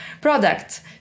product